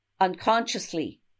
unconsciously